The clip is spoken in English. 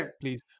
Please